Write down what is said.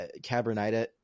Cabernet